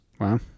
Wow